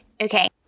Okay